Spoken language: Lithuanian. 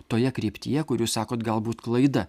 toje kryptyje kur jūs sakot galbūt klaida